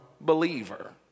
believer